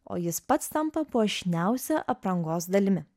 o jis pats tampa puošniausia aprangos dalimi